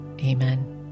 Amen